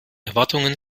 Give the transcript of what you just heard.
erwartungen